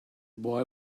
boy